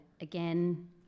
again